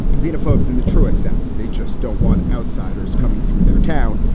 xenophobes in the truest sense. they just don't want outsiders coming through their town,